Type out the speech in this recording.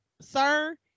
Sir